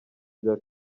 rya